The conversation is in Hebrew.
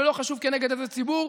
ולא חשוב כנגד איזה ציבור,